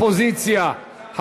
אדוני יושב-ראש האופוזיציה,